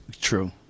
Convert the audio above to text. True